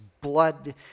blood